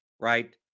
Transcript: right